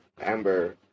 Amber